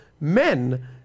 men